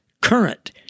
current